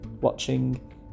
Watching